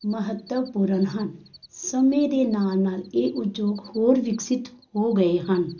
ਮਹੱਤਵਪੂਰਨ ਹਨ ਸਮੇਂ ਦੇ ਨਾਲ ਨਾਲ ਇਹ ਉਦਯੋਗ ਹੋਰ ਵਿਕਸਿਤ ਹੋ ਗਏ ਹਨ